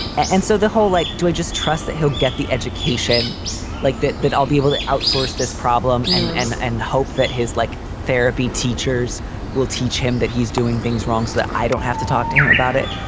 and so the whole like do i just trust that he'll get the education like that, that i'll be able to outsource this problem and and and hope that his like therapy teachers will teach him that he's doing things wrong, that i don't have to talk to him about it.